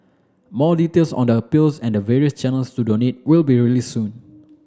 more details on the appeals and the various channels to donate will be released soon